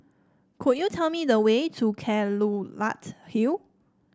could you tell me the way to Kelulut Hill